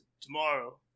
tomorrow